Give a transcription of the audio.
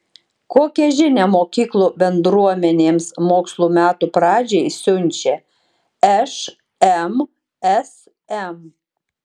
kokią žinią mokyklų bendruomenėms mokslo metų pradžiai siunčia šmsm